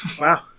Wow